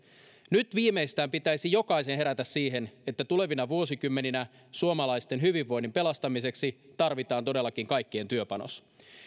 nyt viimeistään pitäisi jokaisen herätä siihen että tulevina vuosikymmeninä suomalaisten hyvinvoinnin pelastamiseksi tarvitaan todellakin kaikkien työpanos